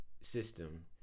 system